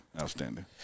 outstanding